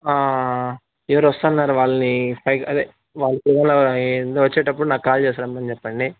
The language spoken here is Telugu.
ఆ ఎవరో వస్తారు అన్నారు వాళ్ళని ఆ అదే వా పిల్లాడిని వచ్చేటప్పుడు నాకు కాల్ చేసి రమ్మని చెప్పండి